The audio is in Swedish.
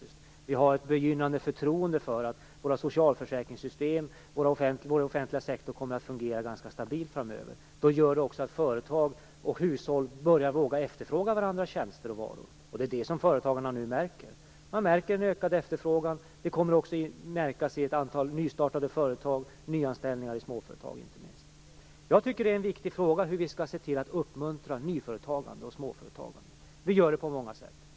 Det finns ett begynnande förtroende för att våra socialförsäkringssystem och vår offentliga sektor kommer att fungera ganska stabilt framöver. Det gör att företag och hushåll börjar våga efterfråga varandras tjänster och varor, och det är det som företagarna nu märker. Man märker en ökad efterfrågan, och det kommer också att märkas genom ett antal nystartade företag och inte minst genom nyanställningar i småföretag. Hur vi skall se till att uppmuntra nyföretagande och småföretagande är en viktig fråga. Vi gör detta på många sätt.